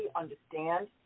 understand